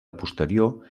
posterior